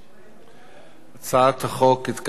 הצעת החוק התקבלה בקריאה שלישית,